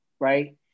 Right